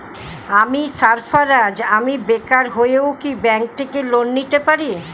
আমি সার্ফারাজ, আমি বেকার হয়েও কি ব্যঙ্ক থেকে লোন নিতে পারি?